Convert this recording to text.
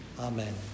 Amen